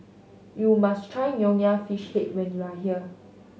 you must try Nonya Fish Head when you are here